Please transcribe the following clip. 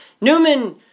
Newman